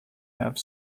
have